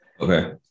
Okay